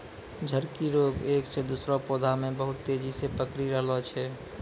झड़की रोग एक से दुसरो पौधा मे बहुत तेजी से पकड़ी रहलो छै